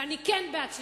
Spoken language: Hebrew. ואני כן בעד שוויון.